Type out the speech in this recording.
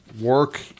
Work